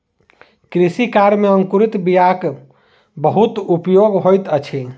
कृषि कार्य में अंकुरित बीयाक बहुत उपयोग होइत अछि